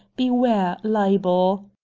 beware libel.